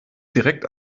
direkt